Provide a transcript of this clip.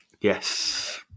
Yes